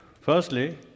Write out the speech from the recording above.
firstly